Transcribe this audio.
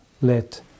let